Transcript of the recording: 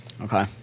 Okay